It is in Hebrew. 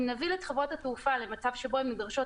אם נוביל את חברות התעופה למצב שבו הן נדרשות